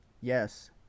Yes